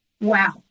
Wow